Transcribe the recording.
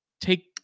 take